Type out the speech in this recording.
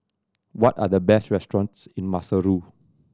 what are the best restaurants in Maseru